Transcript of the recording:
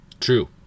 True